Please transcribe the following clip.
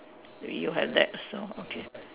you have that also okay